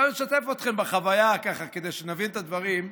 אפשר לשתף אתכם בחוויה, ככה, כדי שנבין את הדברים.